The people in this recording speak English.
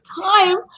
time